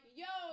yo